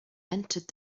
entered